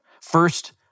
First